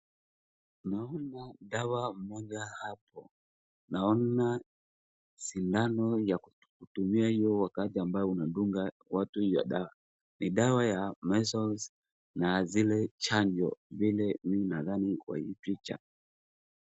Naona dawa moja hapo, naona sindano ya kutumia hiyo wakati undadunga watu hiyo dawa. Ni dawa ya measles na zile chanjo vile mimi nadhani kwa hii picha.